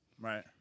Right